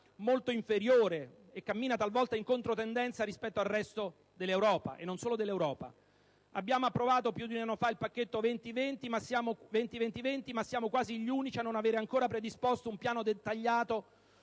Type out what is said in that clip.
velocità inferiore e talvolta in controtendenza rispetto al resto dell'Europa, e non solo. Abbiamo approvato, più di un anno fa, il pacchetto 20-20-20, ma siamo quasi gli unici a non aver ancora predisposto un piano dettagliato